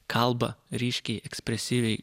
kalba ryškiai ekspresyviai